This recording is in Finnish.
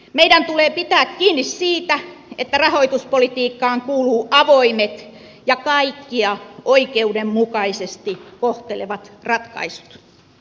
meidän tulee pitää kiinni siitä että rahoituspolitiikkaan kuuluvat avoimet ja kaikkia oikeudenmukaisesti kohtelevat ratkaisut